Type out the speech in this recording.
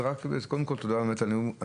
אז קודם כל, תודה באמת על הדיון.